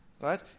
right